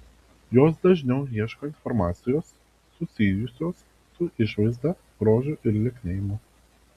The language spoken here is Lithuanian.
jos dažniau ieško informacijos susijusios su išvaizda grožiu ir lieknėjimu